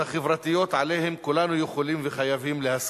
החברתיות שעליהן כולנו יכולים וחייבים להסכים.